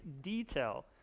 detail